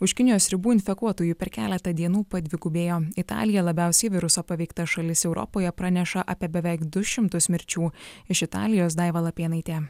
už kinijos ribų infekuotųjų per keletą dienų padvigubėjo italija labiausiai viruso paveikta šalis europoje praneša apie beveik du šimtus mirčių iš italijos daiva lapėnaitė